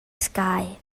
sky